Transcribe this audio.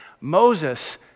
Moses